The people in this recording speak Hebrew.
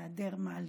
בהיעדר מעלית.